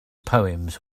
poems